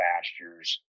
pastures